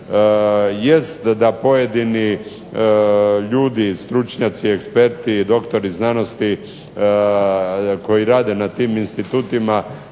Jest da pojedini ljudi, stručnjaci, eksperti, doktori znanosti koji rade na tim institutima